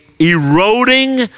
eroding